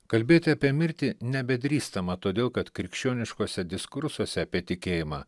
kalbėti apie mirtį nebedrįstama todėl kad krikščioniškuose diskursuose apie tikėjimą